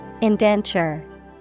Indenture